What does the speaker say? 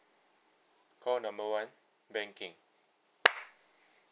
call number one banking